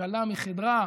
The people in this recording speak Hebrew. כלה מחדרה,